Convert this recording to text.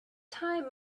time